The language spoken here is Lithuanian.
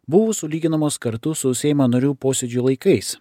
buvo sulyginamos kartu su seimo narių posėdžių laikais